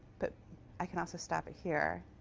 but i can also stop it here,